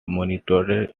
monitored